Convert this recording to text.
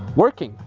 working.